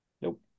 Nope